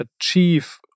achieve